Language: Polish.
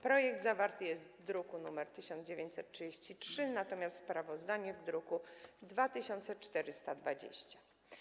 Projekt zawarty jest w druku nr 1933, natomiast sprawozdanie zawarte jest w druku nr 2420.